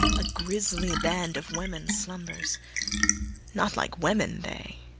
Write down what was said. a grisly band of women slumbers not like women they,